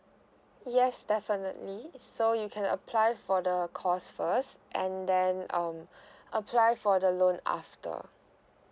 yes definitely so you can apply for the course first and then um apply for the loan after